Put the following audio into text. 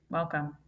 Welcome